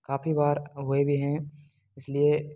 काफ़ी बार हुए भी हैं इसलिए